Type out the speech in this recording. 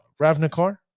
Ravnica